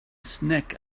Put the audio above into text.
snack